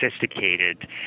sophisticated